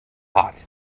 hot